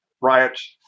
riots